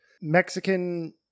Mexican